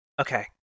Okay